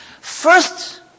First